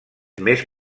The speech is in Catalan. més